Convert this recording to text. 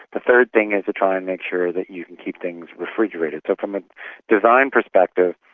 the third thing is to try and make sure that you can keep things refrigerated. so from a design perspective,